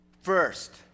first